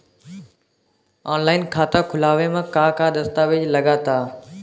Online खाता खूलावे म का का दस्तावेज लगा ता?